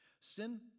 Sin